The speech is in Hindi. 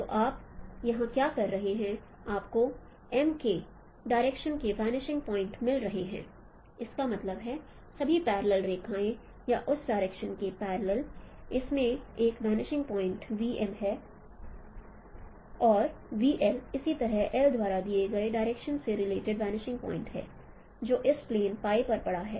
तो आप यहां क्या कर रहे हैं आपको M के डायरेक्शन के वनिशिंग पॉइंट मिल रहे हैं इसका मतलब है सभी पैरलेल रेखाएं या उस डायरेक्शन के पैरलेल इसमें एक वनिशिंग पॉइंट है और इसी तरह L द्वारा दिए गए डायरेक्शन से रिलेटिंग वनिशिंग पॉइंट है जो इस प्लेन पर पड़ा है